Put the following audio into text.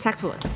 Tak for ordet.